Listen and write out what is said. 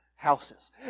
Houses